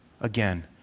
again